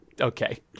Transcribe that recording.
Okay